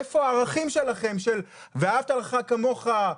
איפה הערכים שלכם של "ואהבת לרעך כמוך",